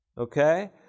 okay